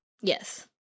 Yes